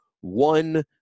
one